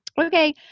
okay